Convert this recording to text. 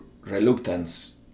reluctance